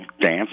dance